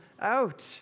out